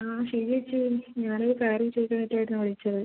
ആ ഷീജേച്ചി ഞാൻ ഒരു കാര്യം ചോദിക്കാൻ വേണ്ടിയിട്ടായിരുന്നു വിളിച്ചത്